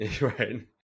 Right